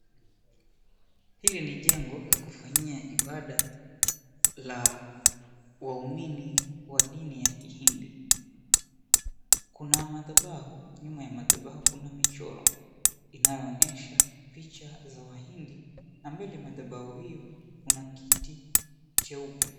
Hili ni jengo la kufanyia ibada la waumini wa dini ya kihindi. Kuna madhabahu, nyuma ya madhabahu kuna michoro inayoonyesha picha za wahindi na mbele madhabahu hiyo kuna kiti cheupe.